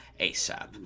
asap